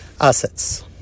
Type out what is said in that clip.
assets